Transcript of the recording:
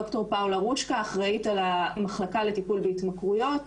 ד"ר פאולה רושקה אחראית על המחלקה בטיפול בהתמכרויות.